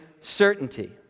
certainty